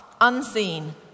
unseen